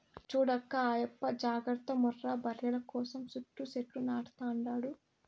చూడక్కా ఆయప్ప జాగర్త ముర్రా బర్రెల కోసం సుట్టూ సెట్లు నాటతండాడు